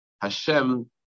Hashem